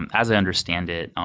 and as i understand it, um